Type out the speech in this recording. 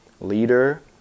leader